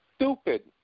Stupid